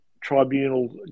Tribunal